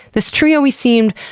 this tree always seemed,